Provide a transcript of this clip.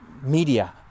media